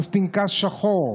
פנקס שחור,